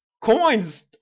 Coins